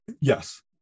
yes